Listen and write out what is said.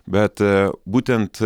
bet būtent